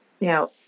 Now